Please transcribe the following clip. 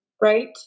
right